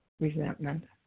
resentment